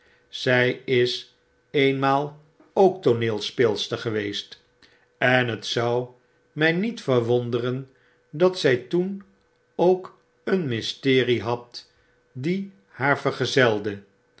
zg is eenmaal ook tooneelspeelster geweest en het zou mfl niet verwonderen dat zg toen ook een mysterie had die haar vergezelde